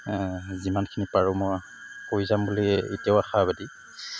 যিমানখিনি পাৰোঁ মই কৰি যাম বুলি এতিয়াও আশাবাদী